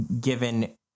given